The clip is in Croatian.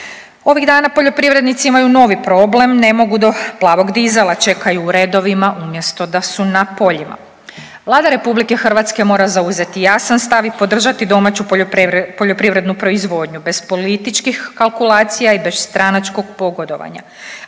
Ovih dana poljoprivrednici imaju novi problem, ne mogu do plavog dizela, čekaju u redovima, umjesto da su na poljima. Vlada RH mora zauzeti jasan stav i podržati domaću poljoprivrednu proizvodnju, bez političkih kalkulacija i bez stranačkih pogodovanja,